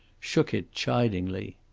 shook it chidingly.